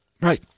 right